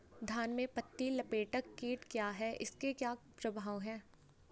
धान में पत्ती लपेटक कीट क्या है इसके क्या प्रभाव हैं?